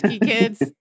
kids